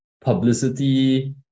publicity